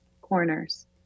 corners